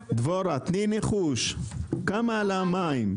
דבורה, תני ניחוש כמה עלה תעריף המים?